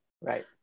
Right